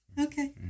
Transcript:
Okay